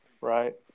Right